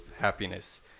happiness